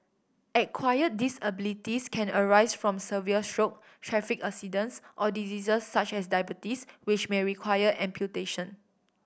acquired disabilities can arise from severe stroke traffic accidents or diseases such as diabetes which may require amputation